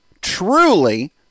truly